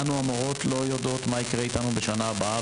אנו המורות לא יודעות מה יקרה איתנו בשנה הבאה